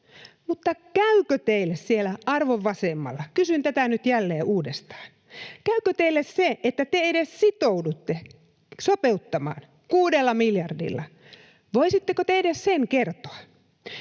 Mutta käykö teille siellä arvon vasemmalla — kysyn tätä nyt jälleen uudestaan — se, että te edes sitoudutte sopeuttamaan kuudella miljardilla? Voisitteko te edes sen kertoa?